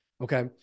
Okay